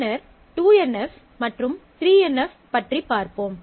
பின்னர் 2 N F மற்றும் 3 N F பற்றிப் பார்ப்போம்